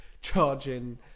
charging